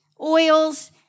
oils